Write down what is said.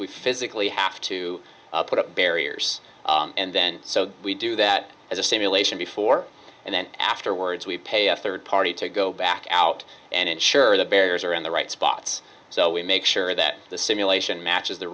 we physically have to put up barriers and then so we do that as a simulation before and then afterwards we pay a third party to go back out and ensure the barriers are in the right spots so we make sure that the simulation matches the